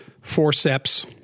forceps